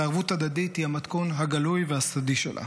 וערבות הדדית היא המתכון הגלוי והסודי שלה.